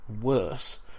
worse